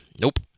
nope